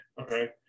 okay